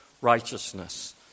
righteousness